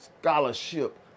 scholarship